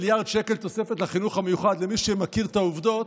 מיליארד שקל תוספת לחינוך המיוחד למי שמכיר את העובדות,